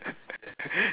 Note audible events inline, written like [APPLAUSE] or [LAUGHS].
[LAUGHS]